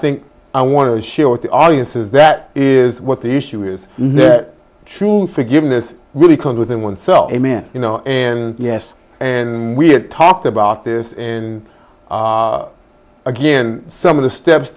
think i want to share with the audiences that is what the issue is not true forgiveness really can within oneself a man you know and yes and we talked about this and again some of the steps